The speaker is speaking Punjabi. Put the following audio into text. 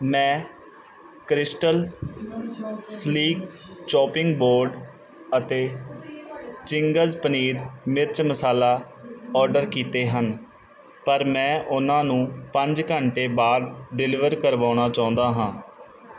ਮੈਂ ਕ੍ਰਿਸਟਲ ਸਲੀਕ ਚੋਪਿੰਗ ਬੋਰਡ ਅਤੇ ਚਿੰਗਜ਼ ਪਨੀਰ ਮਿਰਚ ਮਸਾਲਾ ਔਡਰ ਕੀਤੇ ਹਨ ਪਰ ਮੈਂ ਉਹਨਾਂ ਨੂੰ ਪੰਜ ਘੰਟੇ ਬਾਅਦ ਡਲੀਵਰ ਕਰਵਾਉਣਾ ਚਾਹੁੰਦਾ ਹਾਂ